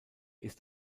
ist